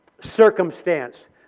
circumstance